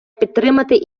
підтримати